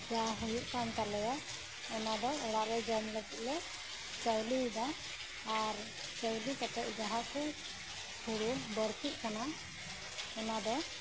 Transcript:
ᱡᱟᱸ ᱦᱳᱭᱳᱜ ᱠᱟᱱᱛᱟᱞᱮᱭᱟ ᱚᱱᱟᱫᱚ ᱚᱲᱟᱜ ᱨᱮ ᱡᱚᱢ ᱞᱟᱹᱜᱤᱫ ᱞᱮ ᱪᱟᱣᱞᱮᱭᱮᱫᱟ ᱟᱨ ᱪᱟᱣᱞᱮ ᱠᱟᱛᱮᱫ ᱡᱟᱦᱟᱸᱠᱚ ᱦᱳᱲᱳ ᱵᱟᱹᱲᱛᱤᱜ ᱠᱟᱱᱟ ᱚᱱᱟᱫᱚ